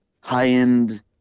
high-end